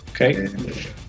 Okay